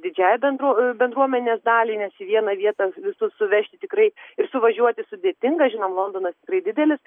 didžiąja bendruo bendruomenės dalį nes į vieną vietą visus suvežti tikrai suvažiuoti sudėtinga žinoma londonas tikrai didelis